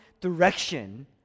direction